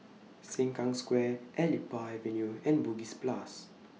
Sengkang Square Elite Park Avenue and Bugis Plus